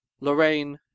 Lorraine